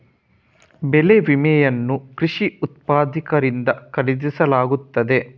ಬೆಳೆ ವಿಮೆಯನ್ನು ಕೃಷಿ ಉತ್ಪಾದಕರಿಂದ ಖರೀದಿಸಲಾಗುತ್ತದೆ